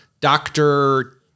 doctor